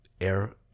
air